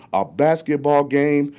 a basketball game,